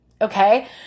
Okay